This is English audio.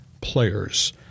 players